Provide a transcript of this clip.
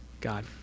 God